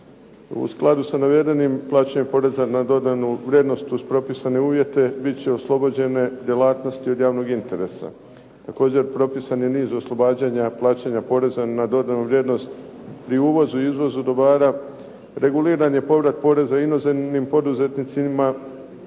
U skladu sa navedenim plaćanje poreza na dodanu vrijednost uz propisane uvjete biti će oslobođene djelatnosti od javnog interesa. Također propisani niz oslobađanja plaćanja poreza na dodanu vrijednost pri uvozu i izvoz dobara reguliran je povrat poreza inozemnim poduzetnicima,